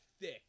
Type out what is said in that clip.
thick